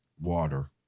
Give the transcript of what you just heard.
Water